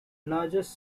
largest